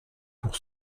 pour